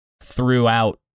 throughout